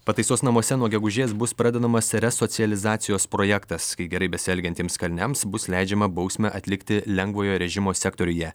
pataisos namuose nuo gegužės bus pradedamas resocializacijos projektas kai gerai besielgiantiems kaliniams bus leidžiama bausmę atlikti lengvojo režimo sektoriuje